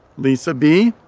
lisa b,